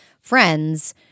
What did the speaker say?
friends